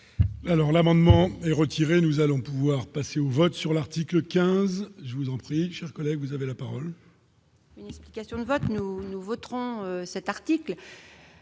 Alors l'amendement est retiré, nous allons pouvoir passer au vote sur l'article 15 je vous en prie, chers collègues, vous avez la parole. Explications de vote, nous nous voterons cet article,